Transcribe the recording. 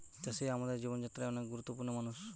চাষিরা আমাদের জীবন যাত্রায় অনেক গুরুত্বপূর্ণ মানুষ